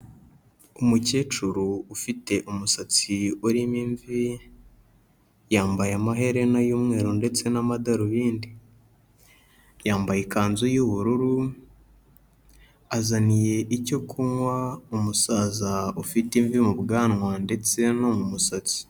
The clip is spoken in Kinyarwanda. Umukecuru ufite umusatsi urimo imvi, yambaye amaherena y'umweru ndetse n'amadarubindi, yambaye ikanzu y'ubururu, azaniye icyo kunywa umusaza ufite imvi mu bwanwa ndetse no mu musatsi.